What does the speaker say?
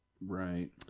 Right